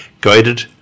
guided